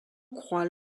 croit